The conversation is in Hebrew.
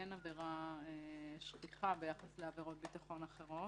עבירה שכיחה ביחס לעבירות ביטחון אחרות.